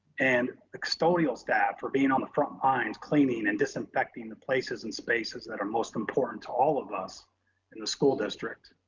and custodial staff for being on the front lines, cleaning and disinfecting the places and spaces that are most important to all of us in the school district,